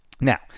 Now